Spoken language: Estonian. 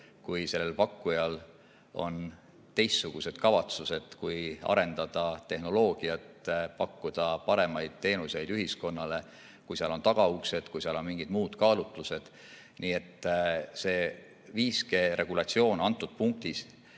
kui sellel pakkujal on teistsugused kavatsused kui arendada tehnoloogiat, pakkuda paremaid teenuseid ühiskonnale, kui seal on tagauksed, kui mängus on mingid muud kaalutlused. Nii et 5G‑regulatsioon [sellest